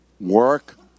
Work